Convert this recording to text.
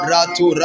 Ratu